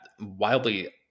wildly